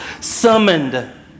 summoned